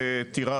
טירה,